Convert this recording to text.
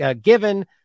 given